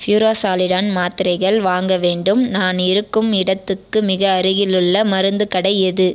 furazolidone மாத்திரைகள் வாங்க வேண்டும் நான் இருக்கும் இடத்துக்கு மிக அருகிலுள்ள மருத்துக் கடை எது